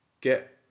get